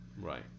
Right